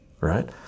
right